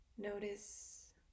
Notice